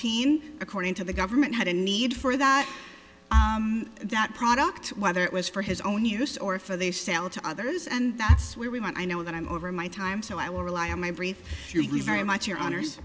teen according to the government had a need for that that product whether it was for his own use or for the sale to others and that's where we want i know that i'm over my time so i will rely on my brief very much your honors